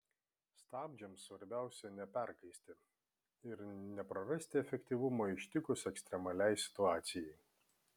stabdžiams svarbiausia neperkaisti ir neprarasti efektyvumo ištikus ekstremaliai situacijai